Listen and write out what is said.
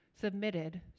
submitted